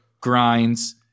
grinds –